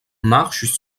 marchent